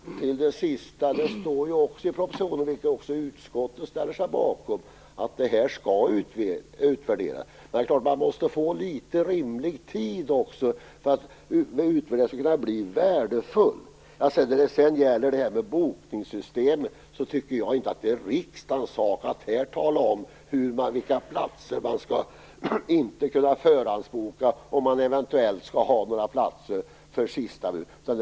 Fru talman! Till det sista vill jag säga att det står i propositionen, vilket också utskottet ställer sig bakom, att detta skall utvärderas. Man måste få litet rimlig tid på sig för att utvärderingen skall kunna bli värdefull. När det sedan gäller bokningssystemet tycker jag inte att det är riksdagens sak att här tala om vilka platser man inte skall kunna förhandsboka och om man eventuellt skall ha några platser för sistaminuten-resenärer.